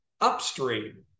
upstream